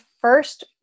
first